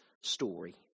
story